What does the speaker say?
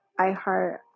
iHeart